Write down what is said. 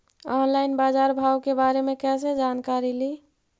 Online बाजार भाव के बारे मे कैसे जानकारी ली?